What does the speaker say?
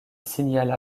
signala